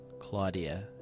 Claudia